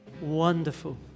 wonderful